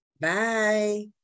Bye